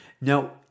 now